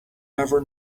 never